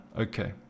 Okay